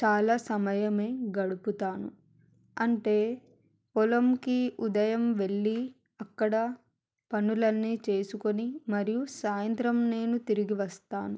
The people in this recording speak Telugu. చాలా సమయమే గడుపుతాను అంటే పొలంకి ఉదయం వెళ్ళి అక్కడ పనులన్నీ చేసుకుని మరియు సాయంత్రం నేను తిరిగి వస్తాను